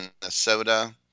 Minnesota